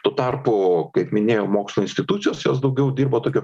tuo tarpu kaip minėjo mokslo institucijos jos daugiau dirba tokiu